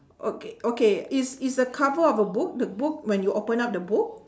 okay okay is is a cover of a book the book when you open up the book